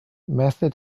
method